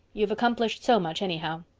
you've accomplished so much anyhow.